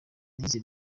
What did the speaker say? nize